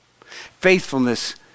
Faithfulness